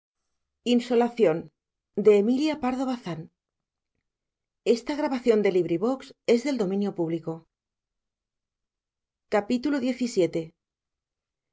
amorosa emilia pardo bazán a